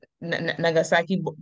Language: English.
Nagasaki